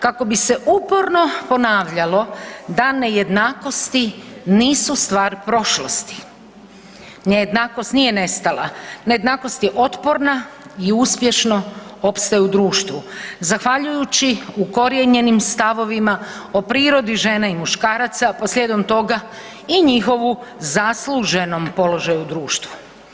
Kako bi se uporno ponavljalo da nejednakosti nisu stvar prošlosti, nejednakost nije nestala, nejednakost je otporna i uspješno opstaje u društvu zahvaljujući ukorijenjenim stavovima o prirodi žene i muškaraca pa slijedom toga i njihovu zasluženom položaju u društvu.